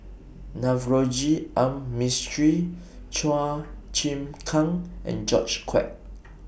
Navroji R Mistri Chua Chim Kang and George Quek